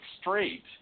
straight